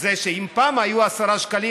שאם פעם היו עשרה שקלים,